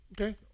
Okay